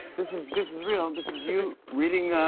this is this is real. this is you reading